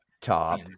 top